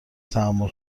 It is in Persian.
تحمل